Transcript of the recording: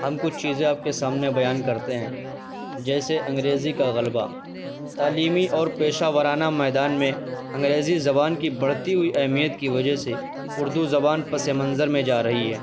ہم کچھ چیزیں آپ کے سامنے بیان کرتے ہیں جیسے انگریزی کا غلبہ تعلیمی اور پیشہ ورانہ میدان میں انگریزی زبان کی بڑھتی ہوئی اہمیت کی وجہ سے اردو زبان پس منظر میں جا رہی ہے